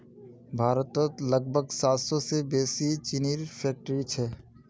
भारतत लगभग सात सौ से बेसि चीनीर फैक्ट्रि छे